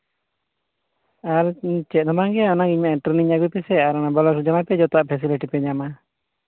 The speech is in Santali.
ᱟᱨ ᱪᱮᱫ ᱦᱚᱸ ᱵᱟᱝᱜᱮ ᱚᱱᱟ ᱴᱨᱮᱹᱱᱤᱝ ᱟᱹᱜᱩᱭ ᱯᱮᱥᱮ ᱟᱨ ᱵᱞᱚᱠ ᱨᱮ ᱡᱚᱢᱟᱭ ᱯᱮ ᱡᱚᱛᱚᱣᱟᱜ ᱯᱷᱮᱥᱮᱞᱤᱴᱤ ᱯᱮ ᱧᱟᱢᱟ